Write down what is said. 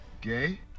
Gay